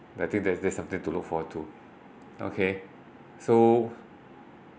but I think that that's something to look forward to okay so